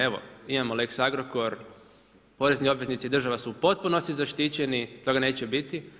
Evo, imamo lex Agrokor, porezni obveznici i država su u potpunosti zaštićeni, toga neće biti.